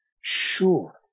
sure